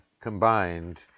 combined